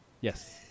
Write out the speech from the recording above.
Yes